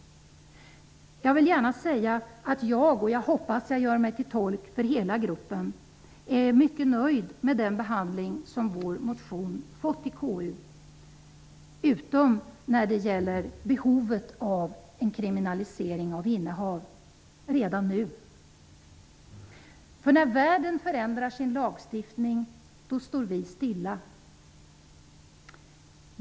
Jag vill gärna säga att jag, och jag hoppas att jag gör mig tolk för hela gruppen, är mycket nöjd med den behandling som vår motion har fått i KU, utom när det gäller behovet av en kriminalisering av innehav redan nu. När världen förändrar sin lagstiftning, står vi stilla.